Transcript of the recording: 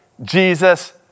Jesus